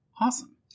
Awesome